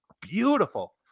beautiful